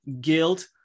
guilt